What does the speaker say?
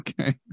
Okay